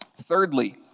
Thirdly